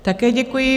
Také děkuji.